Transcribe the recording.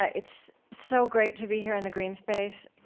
ah it's so great to be here in the green space.